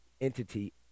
entity